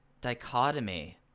dichotomy